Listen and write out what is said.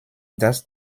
dass